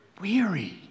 weary